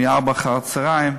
מ-16:00, אחר-הצהריים.